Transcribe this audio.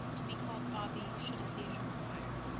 to be called bobby should occasion require.